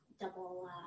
double